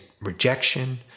rejection